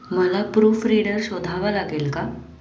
मला प्रूफरीडर शोधावा लागेल का